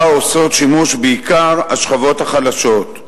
שבה עושות שימוש בעיקר השכבות החלשות.